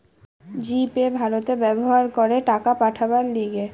জি Pay ভারতে ব্যবহার করে টাকা পাঠাবার লিগে